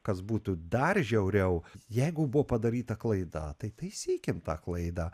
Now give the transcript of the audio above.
kas būtų dar žiauriau jeigu buvo padaryta klaida tai taisykim tą klaidą